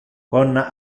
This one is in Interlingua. con